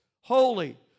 Holy